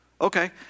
Okay